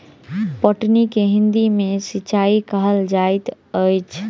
पटौनी के हिंदी मे सिंचाई कहल जाइत अछि